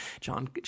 John